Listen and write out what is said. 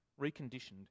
reconditioned